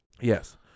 yes